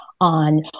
on